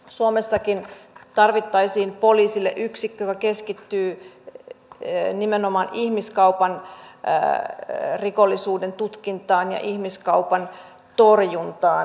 suomessakin tarvittaisiin poliisille yksikkö joka keskittyy nimenomaan ihmiskaupan rikollisuuden tutkintaan ja ihmiskaupan torjuntaan